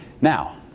Now